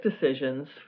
decisions